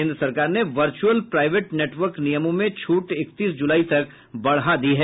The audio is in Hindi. केन्द्र सरकार ने वर्च्रअल प्राइवेट नेटवर्क नियमों में छूट इकतीस जुलाई तक बढ़ा दी है